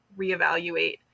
reevaluate